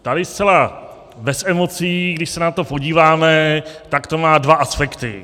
Tady zcela bez emocí, když se na to podíváme, tak to má dva aspekty.